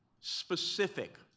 specific